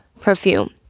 Perfume